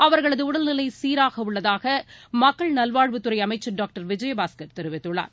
அவர்களது உடல்நிலை சீராக உள்ளதாக மக்கள் நல்வாழ்வுத்துறை அமைச்சர் டாக்டர் விஜயபாஸ்கர் தெரிவித்துள்ளார்